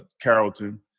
Carrollton